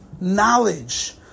knowledge